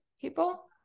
people